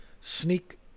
sneak